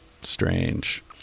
Strange